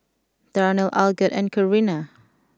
Darnell Algot and Corinna